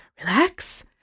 relax